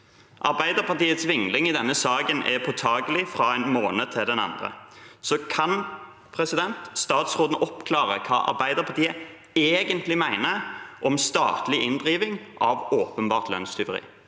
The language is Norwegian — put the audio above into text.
Arbeiderpartiets vingling i denne saken fra den ene måneden til den andre er påtakelig. Kan statsråden oppklare hva Arbeiderpartiet egentlig mener om statlig inndriving av åpenbart lønnstyveri?